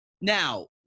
Now